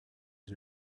the